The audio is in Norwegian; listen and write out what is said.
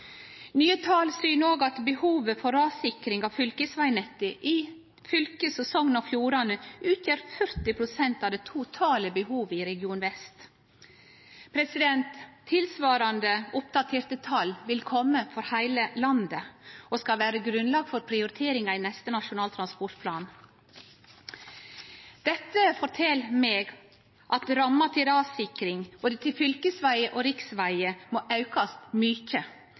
Nye tal syner òg at behovet for rassikring av fylkesvegnettet i fylke som Sogn og Fjordane utgjer 40 pst. av det totale behovet i Region vest. Tilsvarande oppdaterte tal vil kome for heile landet og skal vere grunnlag for prioriteringa i neste Nasjonal transportplan. Dette fortel meg at ramma til rassikring til både fylkesvegar og riksvegar må aukast mykje